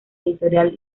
editorial